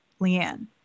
Leanne